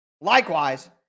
Likewise